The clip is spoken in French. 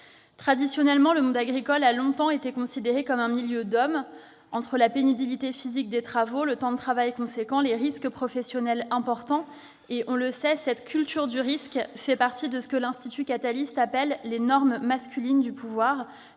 Traditionnellement, le monde agricole a longtemps été considéré comme un milieu d'hommes en raison de la pénibilité physique des travaux, du temps de travail conséquent, des risques professionnels importants. Cette culture du risque fait partie de ce que l'Institut Catalyst appelle les « normes masculines du pouvoir